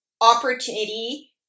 opportunity